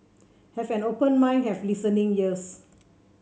have an open mind have listening ears